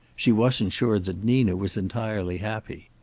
she wasn't sure that nina was entirely happy.